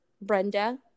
Brenda